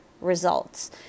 results